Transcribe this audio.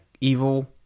evil